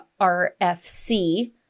RFC